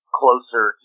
closer